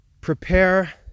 prepare